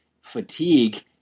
fatigue